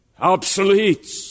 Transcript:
obsolete